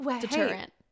deterrent